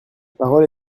parole